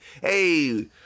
hey